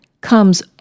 comes